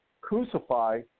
crucify